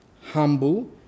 humble